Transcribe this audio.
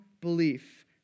belief